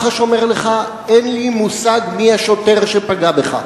מח"ש אומר לך: אין לי מושג מי השוטר שפגע בך.